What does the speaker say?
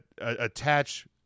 attach